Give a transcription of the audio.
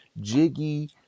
jiggy